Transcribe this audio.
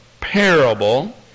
parable